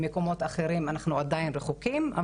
במקומות אחרים אנחנו עדיין רחוקים.